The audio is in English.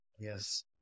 yes